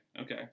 Okay